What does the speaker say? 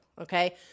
okay